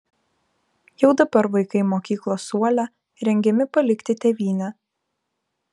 jau dabar vaikai mokyklos suole rengiami palikti tėvynę